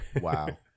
Wow